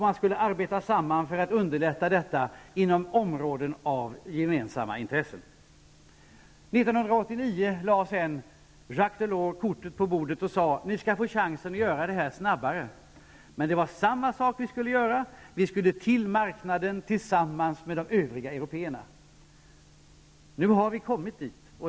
Man skulle arbeta tillsammans för att underlätta inom områden av gemensamma intressen. 1989 lade Jacques Delors korten på bordet och sade: Ni skall få chansen att göra detta snabbare. Men det var samma sak som vi skulle göra. Vi skulle till marknaden, tillsammans med de övriga européerna. Nu har vi kommit dit.